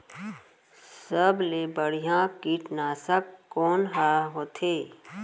सबले बढ़िया कीटनाशक कोन ह होथे?